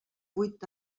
vuit